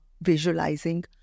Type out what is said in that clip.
visualizing